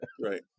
right